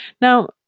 Now